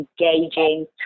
engaging